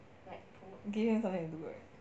like give him something to do right